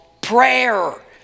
prayer